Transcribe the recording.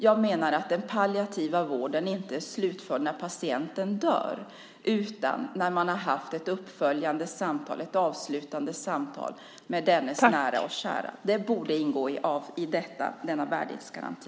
Jag menar att den palliativa vården inte är slutförd när patienten dör utan när man har haft ett uppföljande, avslutande samtal med dennes nära och kära. Det borde ingå i denna värdighetsgaranti.